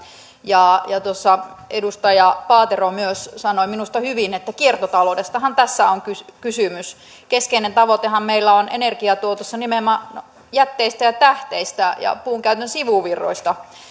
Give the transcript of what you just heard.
ja tuossa edustaja paatero myös sanoi minusta hyvin että kiertotaloudestahan tässä on kysymys keskeinen tavoitehan meillä on energiantuotannossa nimenomaan jätteistä ja tähteistä ja puun käytön sivuvirroista